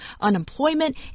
unemployment